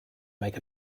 make